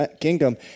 kingdom